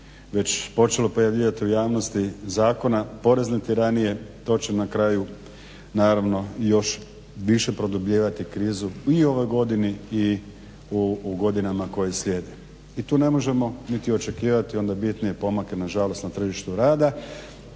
već i počelo pojavljivati u javnosti, zakona, porezne tiranije, to će na kraju naravno i još više produbljivati krizu i u ovoj godini i u godinama koje slijede. I tu ne možemo niti očekivati onda bitnije pomake nažalost na tržištu rada.